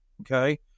Okay